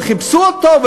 וחיפשו אותו,